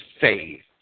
faith